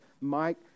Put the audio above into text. Mike